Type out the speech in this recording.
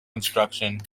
construction